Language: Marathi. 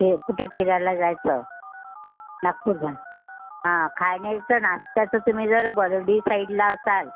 ते कुठं फियराला जायचं नागपूरला खाण्याचं नाष्टयाचं तुम्ही जर बर्डी साईडला असाल